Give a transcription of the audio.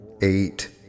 eight